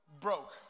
broke